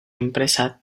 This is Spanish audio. empresa